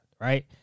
Right